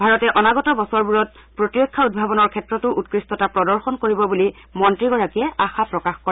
ভাৰতে অনাগত বছৰবোৰত প্ৰতিৰক্ষা উদ্ভাৱনৰ ক্ষেত্ৰতো উৎকৃষ্ঠতা প্ৰদৰ্শন কৰিব বুলি মন্ত্ৰীগৰাকীয়ে আশা প্ৰকাশ কৰে